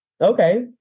Okay